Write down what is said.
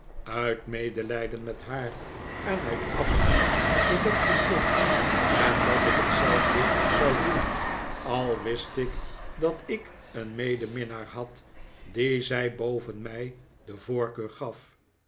uit medelijden met haar en uit afschuw voor dat complot en dat ik hetzelfde zou doen al wist ik dat ik een medeminnaar had dien zij boven mij de voorkeur gaf